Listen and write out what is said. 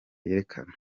yerekana